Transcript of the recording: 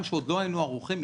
גם כשעוד לא היינו ערוכים,